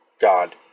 God